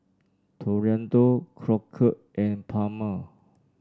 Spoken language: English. Toriano Crockett and Palmer